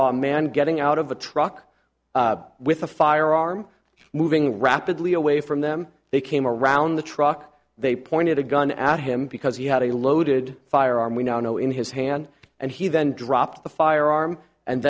a man getting out of a truck with a firearm moving rapidly away from them they came around the truck they pointed a gun at him because he had a loaded firearm we now know in his hand and he then dropped the firearm and